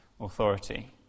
authority